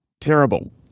terrible